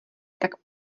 tak